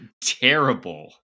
Terrible